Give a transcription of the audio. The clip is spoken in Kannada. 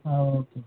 ಹಾಂ ಓಕೆ